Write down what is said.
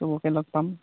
চবকে লগ পাম